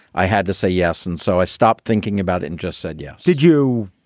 i had to say yes. and so i stopped thinking about it and just said, yes did you?